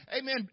Amen